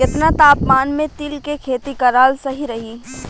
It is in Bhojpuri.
केतना तापमान मे तिल के खेती कराल सही रही?